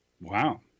Wow